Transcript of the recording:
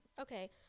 Okay